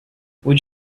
would